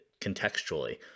contextually